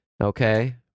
Okay